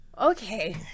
okay